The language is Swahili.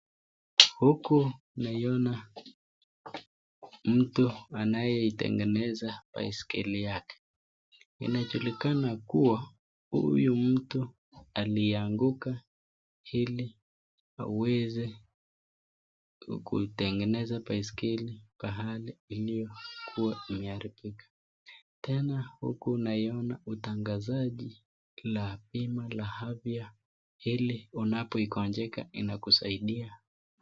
Huku naiona mtu anayeitengeneza baiskeli yake. Inajulikana kuwa huyu mtu alianguka, ili aweze kuitengeneza baiskeli pahali ilikuwa imeharibika. Tena, huku naiona utangazaji la bima la afya, ili unapojeruhiwa inakusaidia.